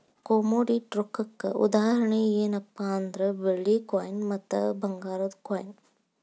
commodity ರೊಕ್ಕಕ್ಕ ಉದಾಹರಣಿ ಯೆನ್ಪಾ ಅಂದ್ರ ಬೆಳ್ಳಿ ಕಾಯಿನ್ ಮತ್ತ ಭಂಗಾರದ್ ಕಾಯಿನ್